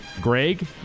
Greg